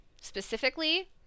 specifically